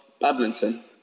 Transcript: Badminton